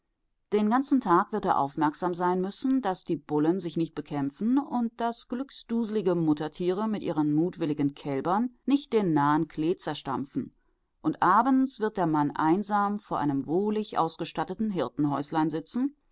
den ganzen tag wird er aufmerksam sein müssen daß die bullen sich nicht bekämpfen und daß glücksduselige muttertiere mit ihren mutwilligen kälbern nicht den nahen klee zerstampfen und abends wird der mann einsam vor einem wohlig ausgestatteten hirtenhäuslein sitzen